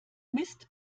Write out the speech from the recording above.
mist